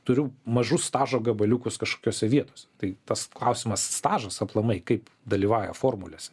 turiu mažus stažo gabaliukus kažkokiose vietose tai tas klausimas stažas aplamai kaip dalyvauja formulėse